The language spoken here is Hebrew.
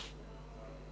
בבקשה.